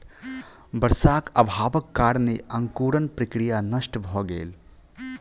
वर्षाक अभावक कारणेँ अंकुरण प्रक्रिया नष्ट भ गेल